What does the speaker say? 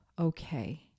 okay